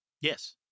Yes